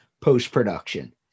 post-production